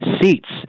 seats